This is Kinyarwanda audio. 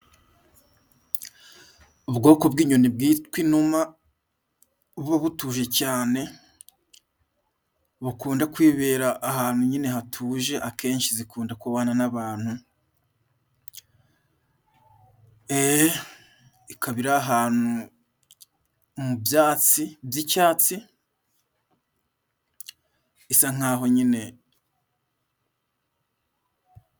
Ubwoko bw'inyoni bwitwa inuma buba butuje cyane bukunda kwibera ahantu nyine hatuje, akenshi zikunda kubana n'abantu. Ikaba iri ahantu mu byatsi by'icyatsi isa nk'aho nyine.